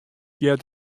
heart